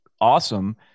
awesome